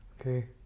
okay